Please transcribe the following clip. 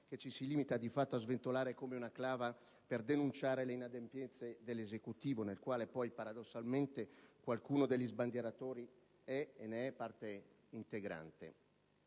che ci si limita di fatto a sventolare come una clava per denunciare le inadempienze dell'Esecutivo, del quale poi paradossalmente qualcuno degli sbandieratori è parte integralmente.